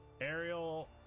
Ariel